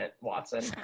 Watson